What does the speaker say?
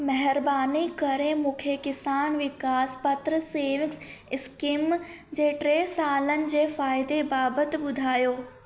महिरबानी करे मूंखे किसान विकास पत्र सेविंग्स इस्कीम जे टे सालनि जे फ़ाइदे बाबति ॿुधायो